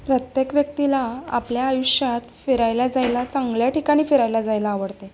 प्रत्येक व्यक्तीला आपल्या आयुष्यात फिरायला जायला चांगल्या ठिकाणी फिरायला जायला आवडते